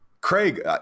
Craig